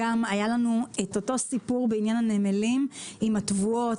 היה לנו אותו סיפור בעניין הנמלים עם התבואות,